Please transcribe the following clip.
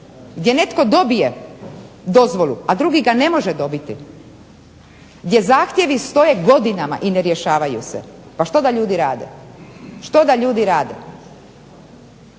gdje netko dobije dozvolu, a drugi ga ne može dobiti, gdje zahtjevi stoje godinama i ne rješavaju se pa što da ljudi rade? Prema tome